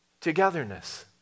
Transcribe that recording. togetherness